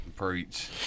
Preach